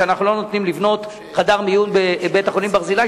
שלא נותנים לבנות חדר מיון בבית-החולים "ברזילי",